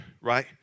right